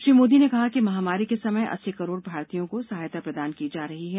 श्री मोदी ने कहा कि महामारी के समय अस्सी करोड़ भारतीयों को सहायता प्रदान की जा रही है